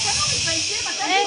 אתם --- אה,